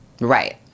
Right